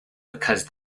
because